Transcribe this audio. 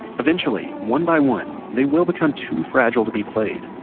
eventually, one by one, they will become too fragile to be played.